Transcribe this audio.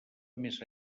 més